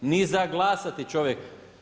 Ni za glasati čovjek.